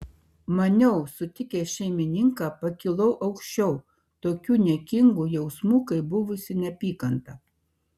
maniau sutikęs šeimininką pakilau aukščiau tokių niekingų jausmų kaip buvusi neapykanta